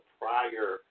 prior